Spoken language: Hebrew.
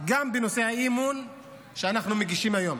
גם בנושא האי-אמון שאנחנו מגישים היום.